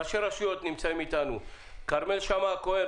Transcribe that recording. ראשי הרשויות שנמצאים איתנו: כרמל שאמה הכהן,